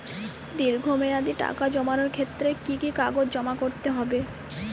দীর্ঘ মেয়াদি টাকা জমানোর ক্ষেত্রে কি কি কাগজ জমা করতে হবে?